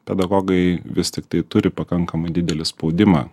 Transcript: pedagogai vis tiktai turi pakankamai didelį spaudimą